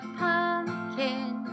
pumpkin